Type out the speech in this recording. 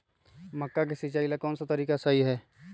मक्का के सिचाई ला कौन सा तरीका सही है?